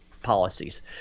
policies